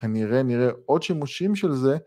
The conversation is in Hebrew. נראה נראה עוד שימושים של זה